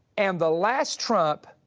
and the last trump